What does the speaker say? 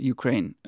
Ukraine